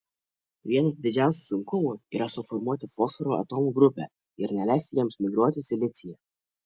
vienas didžiausių sunkumų yra suformuoti fosforo atomų grupę ir neleisti jiems migruoti silicyje